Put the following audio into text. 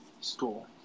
School